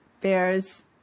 bears